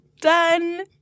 Done